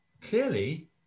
clearly